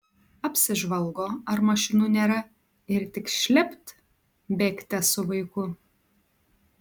apsižvalgo ar mašinų nėra ir tik šlept bėgte su vaiku